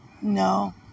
no